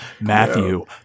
matthew